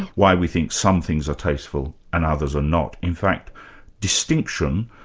why we think some things are tasteful and others are not. in fact distinction,